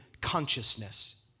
consciousness